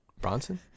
Bronson